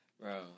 Bro